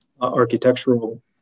architectural